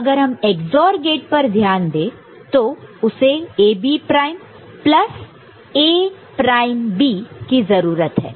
अगर हम XOR gate पर ध्यान दें तो उसे AB prime plus A prime B की जरूरत है